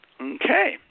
Okay